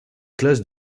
classe